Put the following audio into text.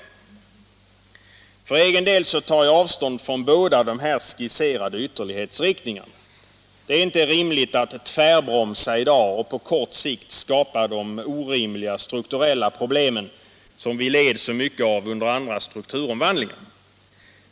För egen del tar jag avstånd från båda de skisserade ytterlighetsriktningarna. Det är inte rimligt att tvärbromsa i dag och på kort sikt skapa de orimliga strukturella problem som vi lidit så mycket av under andra strukturomvandlingar.